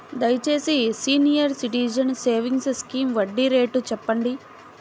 దయచేసి senior citizens savings scheme వడ్డీ rate చెప్పండి